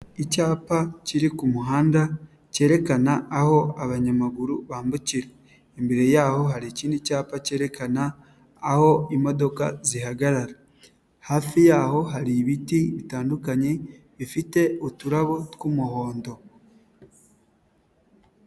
Icyapa kiri ku muhanda kerekana aho abanyamaguru bambukira, imbere y'aho hari ikindi cyapa kerekana aho imodoka zihagarara, hafi y'aho hari ibiti bitandukanye bifite uturabo tw'umuhondo.